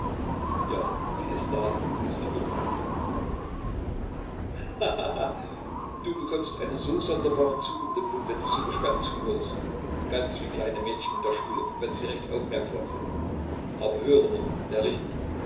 ja sie ist da und ist verrückt vor glück ha ha ha du bekommst einen so sonderbaren zug um den mund wenn du so gespannt zuhörst ganz wie kleine mädchen in der schule wenn sie recht aufmerksam sind aber hör nur ja richtig